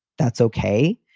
that's ok.